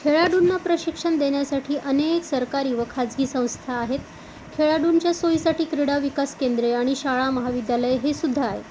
खेळाडूंना प्रशिक्षण देण्यासाठी अनेक सरकारी व खाजगी संस्था आहेत खेळाडूंच्या सोयीसाठी क्रीडा विकास केंद्रे आणि शाळा महाविद्यालय हे सुद्धा आहे